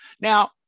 Now